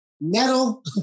metal